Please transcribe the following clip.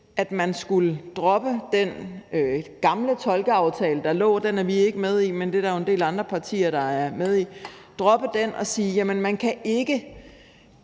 at man skulle droppe den gamle tolkeaftale, der lå; den er vi ikke med i, men det er der jo en del andre partier der er, og der var kravet, at folk